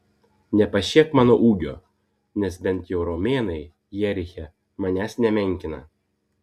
nepašiepk mano ūgio nes bent jau romėnai jeriche manęs nemenkina